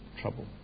trouble